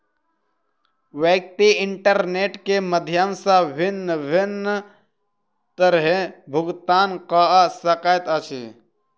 व्यक्ति इंटरनेट के माध्यम सॅ भिन्न भिन्न तरहेँ भुगतान कअ सकैत अछि